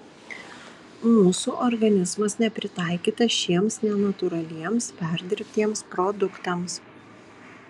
mūsų organizmas nepritaikytas šiems nenatūraliems perdirbtiems produktams